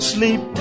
Sleep